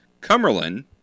Cumberland